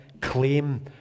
claim